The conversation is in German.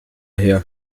her